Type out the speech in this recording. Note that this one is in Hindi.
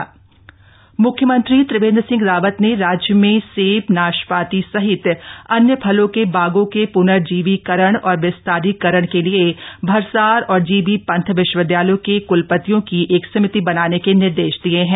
कृषि बैठक मुख्यमंत्री त्रिवेन्द्र सिंह रावत ने राज्य में सेब नाशपाती सहित अन्य फलों के बागों के पूनर्जीविकरण और विस्तारीकरण के लिए भरसार और जीबी पंत विश्वविदयाल के कुलपतियों की एक समिति बनाने के निर्देश दिए हैं